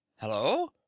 Hello